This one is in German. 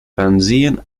fernsehen